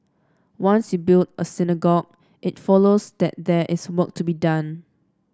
once you build a synagogue it follows that there is work to be done